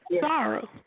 sorrow